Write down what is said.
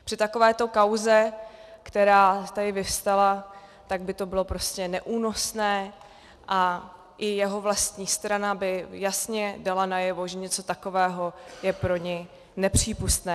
Při takovéto kauze, která tady vyvstala, tak by to bylo prostě neúnosné a i jeho vlastní strana by jasně dala najevo, že něco takového je pro ni nepřípustné.